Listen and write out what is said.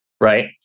right